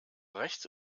rechts